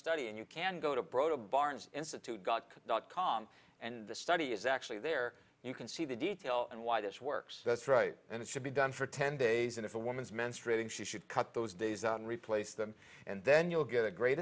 study and you can go to brought a barnes institute got dot com and the study is actually there you can see the detail and why this works that's right and it should be done for ten days and if a woman's menstruating she should cut those days replace them and then you'll get a great